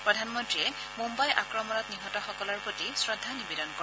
প্ৰধানমন্ত্ৰীয়ে মুম্বাই আক্ৰমণত নিহত সকলৰ প্ৰতি শ্ৰদ্ধা নিবেদন কৰে